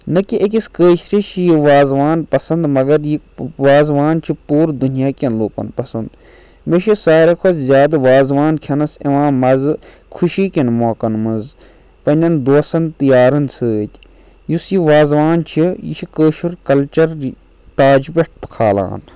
نہ کہِ أکِس کٲشرِ چھِ یہِ وازوان پَسنٛد مگر یہِ وازوان چھِ پوٗرٕ دُنیا کٮ۪ن لوٗکَن پَسنٛد مےٚ چھُ ساروٕی کھۄتہٕ زیادٕ وازوان کھٮ۪نَس یِوان مَزٕ خوشی کٮ۪ن موقعَن منٛز پنٕنٮ۪ن دوستَن تہٕ یارَن سۭتۍ یُس یہِ وازوان چھِ یہِ چھِ کٲشُر کَلچَر تاج پٮ۪ٹھ کھالان